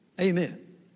Amen